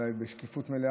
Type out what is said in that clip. אולי בשקיפות מלאה,